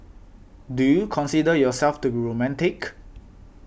do you consider yourself to a romantic